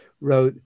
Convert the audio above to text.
wrote